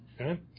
Okay